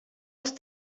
els